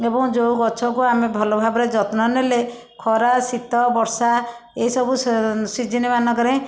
ଏବଂ ଯେଉଁ ଗଛକୁ ଆମେ ଭଲ ଭାବରେ ଯତ୍ନ ନେଲେ ଖରା ଶୀତ ବର୍ଷା ଏସବୁ ସିଯିନ ମାନଙ୍କରେ